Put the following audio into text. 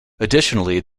additionally